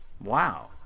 Wow